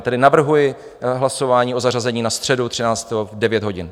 Tedy navrhuji hlasování o zařazení na středu třináctého v 9 hodin.